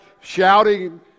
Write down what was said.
shouting